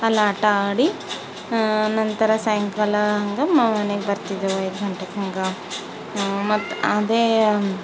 ಅಲ್ಲಾಟ ಆಡಿ ನಂತರ ಸಾಯಂಕಾಲ ಹಂಗೆ ಮನೆಗೆ ಬರ್ತಿದ್ದೆವು ಐದು ಗಂಟೆಗೆ ಹಂಗೆ ಮತ್ತದೇ